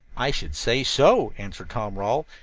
i should say so, answered tom rawle.